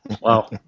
Wow